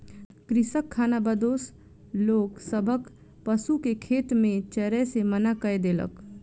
कृषक खानाबदोश लोक सभक पशु के खेत में चरै से मना कय देलक